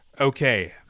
okay